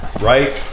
right